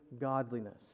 godliness